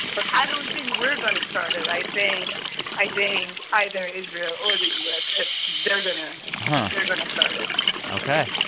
but i don't think we're going to start it. i think i think either israel or the u s. they're going ah they're going to start it ok.